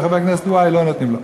וחבר כנסת y לא נותנים לו.